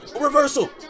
Reversal